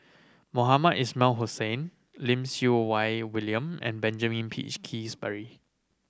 Mohamed Ismail Hussain Lim Siew Wai William and Benjamin Peach Keasberry